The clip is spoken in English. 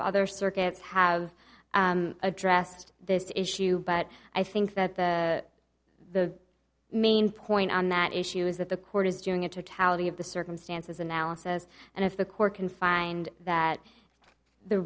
father circuits have addressed this issue but i think that the the main point on that issue is that the court is doing a totality of the circumstances analysis and if the court can find that the